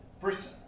Britain